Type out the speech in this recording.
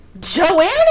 Joanne